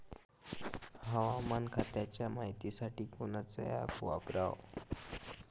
हवामान खात्याच्या मायतीसाठी कोनचं ॲप वापराव?